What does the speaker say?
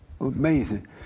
Amazing